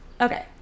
Okay